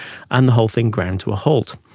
and the whole thing ground to a halt.